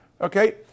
okay